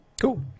cool